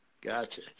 Gotcha